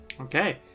Okay